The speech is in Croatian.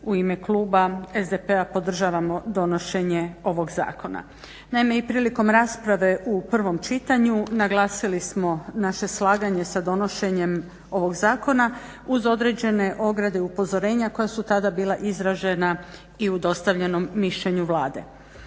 u ime kluba SDP-a podržavamo donošenje ovog zakona. Naime, i prilikom rasprave u prvom čitanju naglasili smo naše slaganje sa donošenjem ovog zakona uz određene ograde upozorenja koja su tada bila izražena i u dostavljenom mišljenju Vlade.